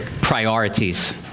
priorities